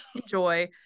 enjoy